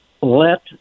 let